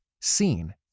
seen